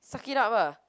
suck it up lah